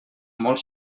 molt